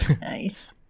Nice